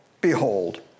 behold